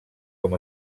com